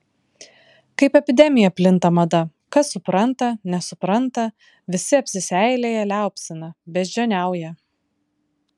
kaip epidemija plinta mada kas supranta nesupranta visi apsiseilėję liaupsina beždžioniauja